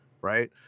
right